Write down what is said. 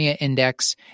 index